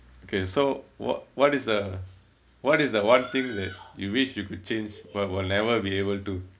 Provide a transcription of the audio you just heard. okay so what what is the what is the one thing that you wish you could change but willl never be able to